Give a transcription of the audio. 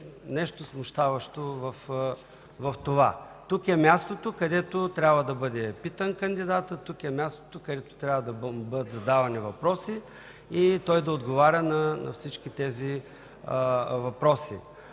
нещо смущаващо в това. Тук е мястото, където трябва да бъде питан кандидатът, тук е мястото, където трябва да му бъдат задавани въпроси и той да отговаря на всички тези въпроси.